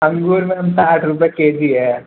अँगूर मैम साठ रुपये के जी है